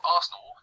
Arsenal